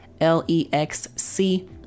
L-E-X-C